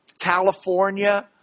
California